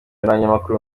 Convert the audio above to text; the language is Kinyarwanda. n’abanyamakuru